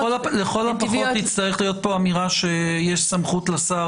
לכל הפחות תצטרך להיות כאן אמירה שיש סמכות לשר